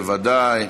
בוודאי.